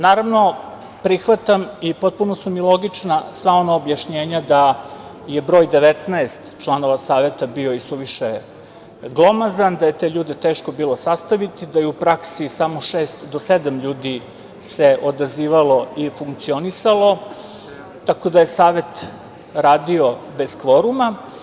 Naravno, prihvatam i potpuno su mi logična sama objašnjenja da je broj 19 članova Saveta bio isuviše glomazan, da je te ljude teško bilo sastaviti, da se u praksi samo šest do sedam ljudi odazivalo i funkcionisalo, tako da je Savet radio bez kvoruma.